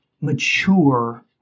mature